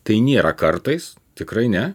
tai nėra kartais tikrai ne